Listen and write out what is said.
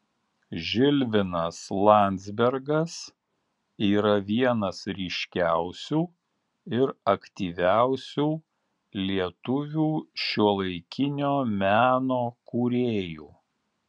žilvinas landzbergas yra vienas ryškiausių ir aktyviausių lietuvių šiuolaikinio meno kūrėjų